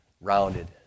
rounded